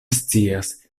scias